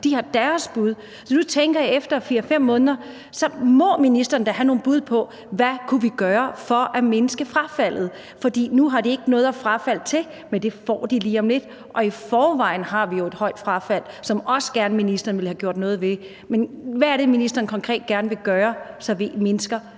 de har deres bud. Så nu tænker jeg, at efter 5 måneder må ministeren da have nogle bud på, hvad vi kunne gøre for at mindske frafaldet, for nu har de ikke noget at frafalde til, men det får de lige om lidt. Og i forvejen har vi jo et højt frafald, som ministeren også gerne vil have gjort noget ved. Men hvad er det, ministeren konkret gerne vil gøre, så vi mindsker